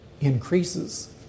increases